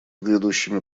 грядущими